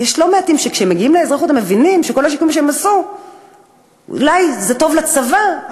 ושכשהם מגיעים לאזרחות הם מבינים שכל השיקום שהם עשו אולי טוב לצבא,